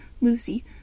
lucy